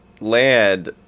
land